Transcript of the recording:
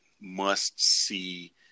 must-see